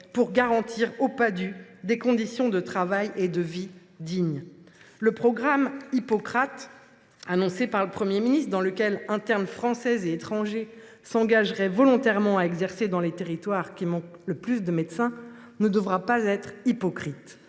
pour garantir aux Padhue des conditions dignes de travail et de vie. Le « programme Hippocrate » annoncé par le Premier ministre, dans le cadre duquel internes français et étrangers s’engageraient volontairement à exercer dans les territoires qui manquent le plus de médecins, ne devra pas être hypocrite.